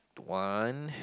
one